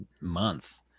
month